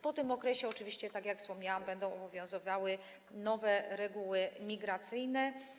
Po tym okresie oczywiście, tak jak wspomniałam, będą obowiązywały nowe reguły migracyjne.